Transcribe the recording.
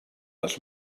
les